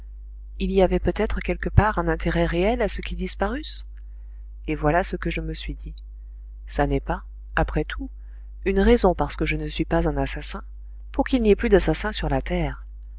il y avait peut-être quelque part un intérêt réel à ce qu'ils disparussent et voilà ce que je me suis dit ça n'est pas après tout une raison parce que je ne suis pas un assassin pour qu'il n'y ait plus d'assassins sur la terre